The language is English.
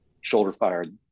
shoulder-fired